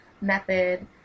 method